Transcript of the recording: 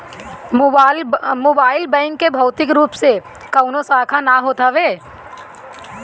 mobile bank के भौतिक रूप से कवनो शाखा ना होत हवे